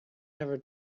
never